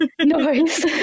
noise